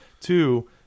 Two